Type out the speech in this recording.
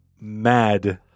Mad